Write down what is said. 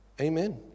Amen